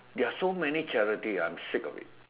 they're so many charity ah I'm sick of it